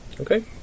Okay